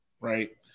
right